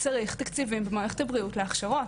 צריך תקציבים במערכת הבריאות להכשרות.